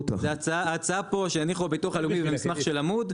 ההצעה פה שהניחו הביטוח הלאומי במסמך של עמוד,